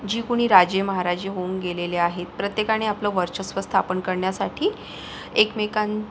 जी कोणी राजे महाराजे होऊन गेलेले आहेत प्रत्येकाने आपलं वर्चस्व स्थापन करण्यासाठी एकमेकां